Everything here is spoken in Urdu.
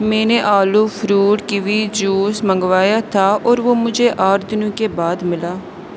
میں نے آلو فروٹ کیوی جوس منگوایا تھا اور وہ مجھے آٹھ دنوں کے بعد ملا